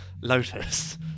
Lotus